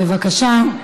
בבקשה,